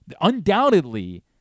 undoubtedly